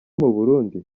muburundi